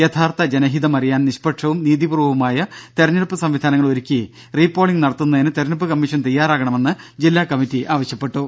യഥാർഥ ജനഹിതം അറിയാൻ നിഷ്പക്ഷവും നീതിപൂർവവുമായ തിരഞ്ഞെടുപ്പ് സംവിധാനങ്ങൾ ഒരുക്കി റീ പോളിങ് നടത്തുന്നതിന് തിരഞ്ഞെടുപ്പ് കമ്മീഷൻ തയ്യാറാകണമെന്നു ജില്ലാ കമ്മിറ്റി ആവശ്യപ്പെട്ടു